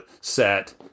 set